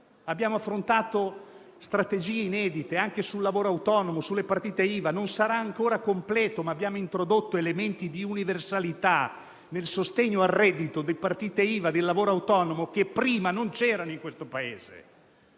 Abbiamo affrontato strategie inedite anche sul lavoro autonomo e sulle partite IVA. Non sarà ancora completo, ma abbiamo introdotto elementi di universalità nel sostegno al reddito, delle partite IVA e del lavoro autonomo che prima non c'erano in questo Paese